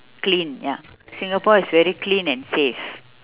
clean ya singapore is very clean and safe